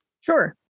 Sure